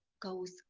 goes